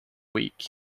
week